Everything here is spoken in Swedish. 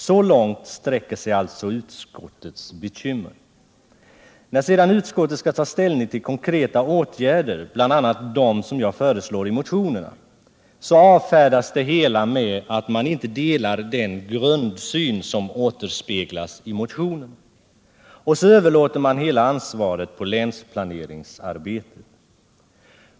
Så långt sträcker sig utskottets bekymmer. När utskottet sedan skall ta ställning till konkreta åtgärder, bl.a. de som jag föreslår i motionerna, så avfärdas det hela med att man inte delar den grundsyn som återspeglas i motionerna. Och så överlåter man hela ansvaret på länsplaneringen.